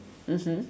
mmhmm